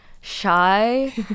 shy